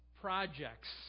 projects